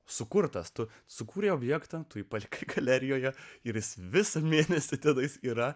sukurtas tu sukūrei objektams ypač galerijoje ir jis visą mėnesį tenais yra